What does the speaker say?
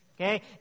Okay